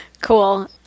Cool